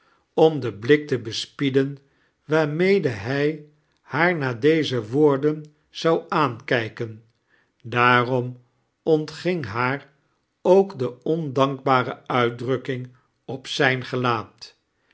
om den blik te bespieden waamiede hij haar na deze woorden zou aankijken daarom ontging haar ook de ondankbare uitdrukking op zijn gelaat